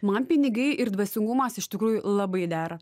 man pinigai ir dvasingumas iš tikrųjų labai dera